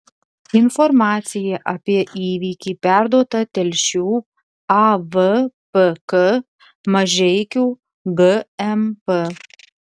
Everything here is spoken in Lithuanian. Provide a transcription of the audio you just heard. informacija apie įvykį perduota telšių avpk mažeikių gmp